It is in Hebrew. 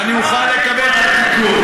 אני מוכן לקבל את התיקון.